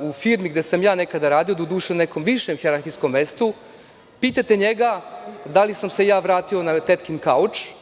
u firmi gde sam ja nekada radio, doduše na nekom višem hijerarhijskom mestu, pitajte njega da li sam se ja vratio na tetkin kauč,